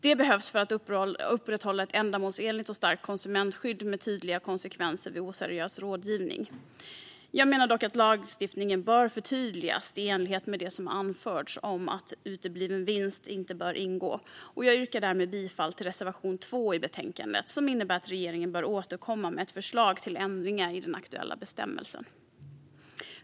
Det behövs för att upprätthålla ett ändamålsenligt och starkt konsumentskydd med tydliga konsekvenser vid oseriös rådgivning. Jag menar att lagstiftningen bör förtydligas i enlighet med det som anförts om att utebliven vinst inte bör ingå. Jag yrkar därför bifall till reservation 2 i betänkandet, som innebär att regeringen bör återkomma med ett förslag till ändringar i den aktuella bestämmelsen.